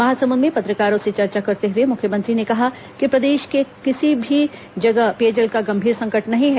महासमुद में पत्रकारों से चर्चा करते हुए मुख्यमंत्री ने कहा कि प्रदेश में कहीं भी पेयजल का गंभीर संकट नहीं है